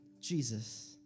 Jesus